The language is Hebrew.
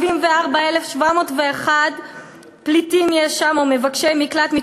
74,701 פליטים ומבקשי מקלט יש שם,